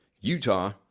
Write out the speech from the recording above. Utah